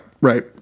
right